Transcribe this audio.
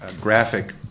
graphic